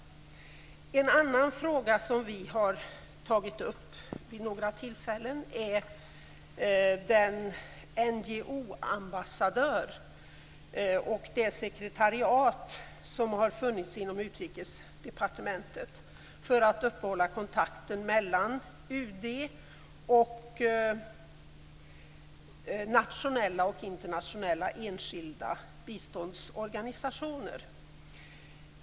En annan fråga som vi kristdemokrater har tagit upp vid några tillfällen är den NGO-ambassadör och det sekretariat som har funnits inom Utrikesdepartementet för att uppehålla kontakten mellan UD och nationella och internationella enskilda biståndsorganisationer.